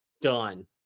done